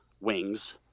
wings